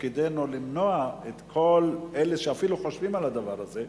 ותפקידנו למנוע מכל אלה שאפילו חושבים על הדבר הזה,